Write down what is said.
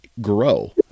grow